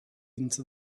into